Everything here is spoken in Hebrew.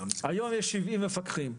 היום יש 70 מפקחים.